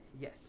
Yes